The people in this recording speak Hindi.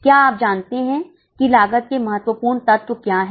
क्या आप जानते हैं कि लागत के महत्वपूर्ण तत्व क्या है